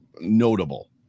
notable